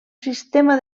sistema